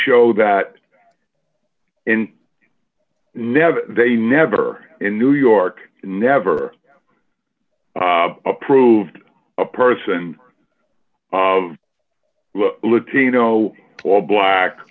show that and never they never in new york never approved a person of latino all black